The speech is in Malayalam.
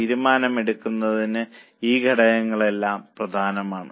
തീരുമാനങ്ങൾ എടുക്കുന്നതിന് ഈ ഘടകങ്ങളെല്ലാം പ്രധാനമാണ്